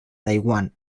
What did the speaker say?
taiwán